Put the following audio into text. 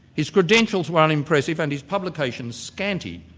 his credentials were unimpressive and his publications scanty,